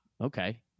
Okay